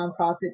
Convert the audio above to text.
nonprofit